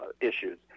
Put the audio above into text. issues